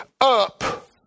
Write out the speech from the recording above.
up